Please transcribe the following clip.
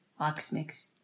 Oxmix